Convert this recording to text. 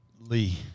Lee